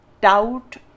doubt